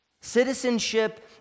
Citizenship